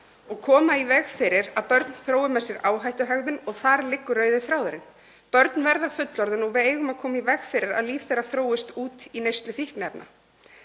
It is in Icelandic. og koma í veg fyrir að börn þrói með sér áhættuhegðun og þar liggur rauði þráðurinn. Börn verða fullorðin og við eigum að koma í veg fyrir að líf þeirra þróist út í neyslu fíkniefna.